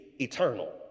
eternal